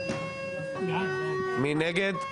מי נגד?